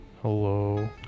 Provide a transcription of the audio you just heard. HELLO